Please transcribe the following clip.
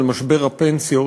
על משבר הפנסיות,